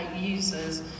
users